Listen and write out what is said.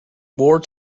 war